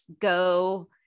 go